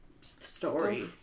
story